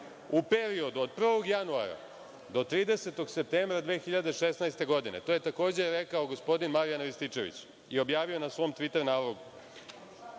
U periodu od 1. januara do 30. septembra 2016. godine, to je takođe rekao gospodin Marijan Rističević, i objavio na svom tviter nalogu,